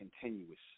continuous